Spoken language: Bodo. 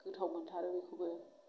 गोथाव मोनथारो बेखौबो